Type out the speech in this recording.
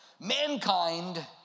Mankind